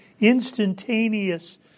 instantaneous